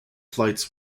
flights